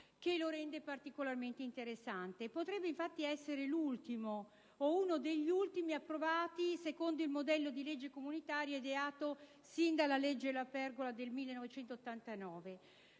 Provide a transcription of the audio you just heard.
che lo rende particolarmente interessante. Potrebbe infatti essere l'ultimo, o uno degli ultimi, approvati secondo il modello di legge comunitaria ideato sin dalla cosiddetta legge La Pergola del 1989,